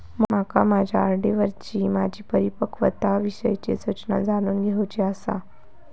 माका माझ्या आर.डी वरची माझी परिपक्वता विषयची सूचना जाणून घेवुची आसा